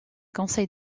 conseil